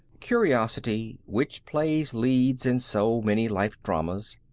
curiosity, which plays leads in so many life dramas,